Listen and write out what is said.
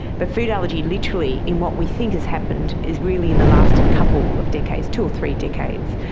but food allergy, literally, in what we think has happened, is really in the last couple of decades, two or three decades.